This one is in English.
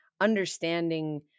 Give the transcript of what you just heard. understanding